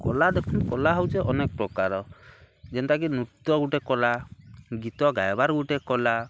କଲା ଦେଖୁନ୍ କଲା ହଉଚେ ଅନେକ୍ ପ୍ରକାର ଯେନ୍ତାକି ନୃତ୍ୟ ଗୁଟେ କଲା ଗୀତ ଗାଏବାର୍ ଗୁଟେ କଲା